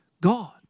God